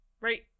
Right